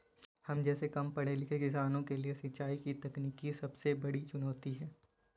हम जैसै कम पढ़े लिखे किसानों के लिए सिंचाई की तकनीकी सबसे बड़ी चुनौती है